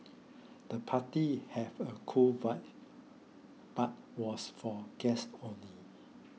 the party had a cool vibe but was for guests only